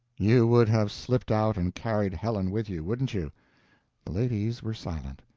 you would have slipped out and carried helen with you wouldn't you? the ladies were silent.